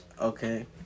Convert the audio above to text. Okay